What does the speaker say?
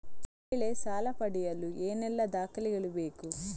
ಬೆಳೆ ಸಾಲ ಪಡೆಯಲು ಏನೆಲ್ಲಾ ದಾಖಲೆಗಳು ಬೇಕು?